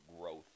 growth